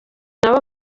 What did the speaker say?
nabo